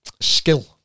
Skill